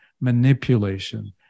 manipulation